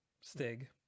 Stig